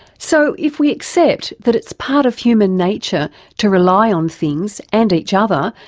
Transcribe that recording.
so if we accept that it's part of human nature to rely on things and each other,